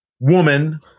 Woman